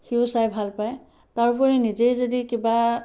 সিও চাই ভাল পায় তাৰ উপৰি নিজে যদি কিবা